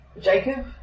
Jacob